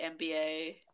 NBA